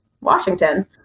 Washington